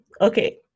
Okay